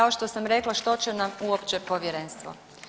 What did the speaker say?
Kao što sam rekla što će nam uopće povjerenstvo.